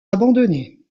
abandonné